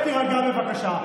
תירגע, בבקשה.